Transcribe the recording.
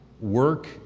Work